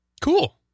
Cool